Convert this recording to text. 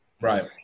Right